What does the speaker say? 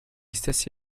stessi